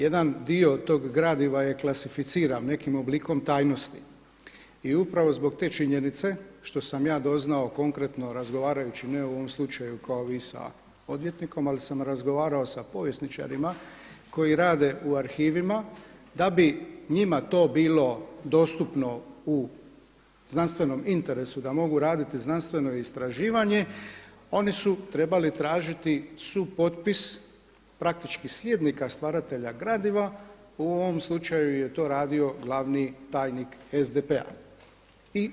Jedan dio tog gradiva je klasificiran nekim oblikom tajnosti i upravo zbog te činjenice što sam ja doznao konkretno razgovarajući ne o ovom slučaju kao vi sada odvjetnikom, ali sam razgovarao sa povjesničarima koji rade u arhivima da bi njima to bilo dostupno u znanstvenom interesu, da mogu raditi znanstveno istraživanje, oni su trebali tražiti supotpis praktički slijednika stvaratelja gradiva u ovom slučaju je to radio glavni tajnik SDP-a.